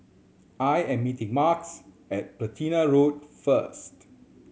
I am meeting Marques at Platina Road first